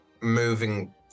moving